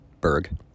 Berg